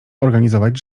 organizować